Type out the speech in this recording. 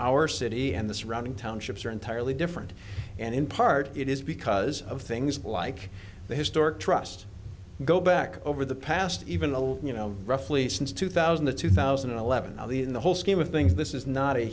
our city and the surrounding townships are entirely different and in part it is because of things like the historic trust go back over the past even though you know roughly since two thousand to two thousand and eleven all the in the whole scheme of things this is not a